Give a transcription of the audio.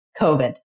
COVID